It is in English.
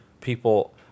People